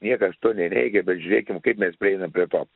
niekas to neneigia bet žiūrėkim kaip mes prieinam prie to